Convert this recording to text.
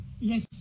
Yes